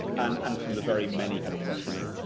and and from the very many kind of russian